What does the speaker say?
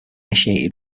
initiated